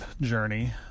journey